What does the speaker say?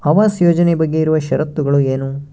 ಆವಾಸ್ ಯೋಜನೆ ಬಗ್ಗೆ ಇರುವ ಶರತ್ತುಗಳು ಏನು?